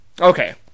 okay